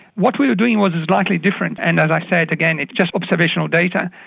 what we were doing was slightly different and and i said again it's just observational data.